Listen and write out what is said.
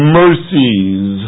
mercies